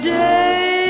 day